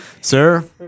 Sir